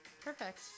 Perfect